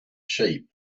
sheep